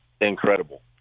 incredible